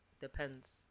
depends